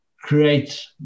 create